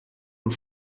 und